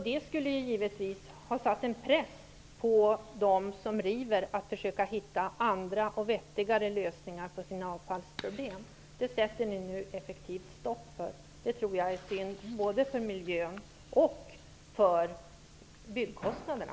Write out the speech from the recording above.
Det skulle givetvis ha satt en press på dem som river att försöka hitta andra och vettigare lösningar på sina avfallsproblem. Men det sätter ni nu effektivt stopp för. Jag tror att det är synd både för miljön och för byggkostnaderna.